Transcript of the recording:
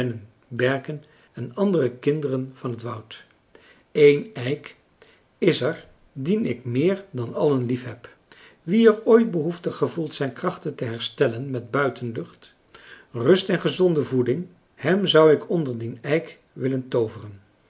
berken en andere kinderen van het woud eén eik is er dien ik meer dan allen liefheb wie er ooit behoefte gevoelt zijn krachten te herstellen met buitenlucht rust en gezonde voeding hem zou ik onder dien eik willen tooveren